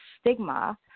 stigma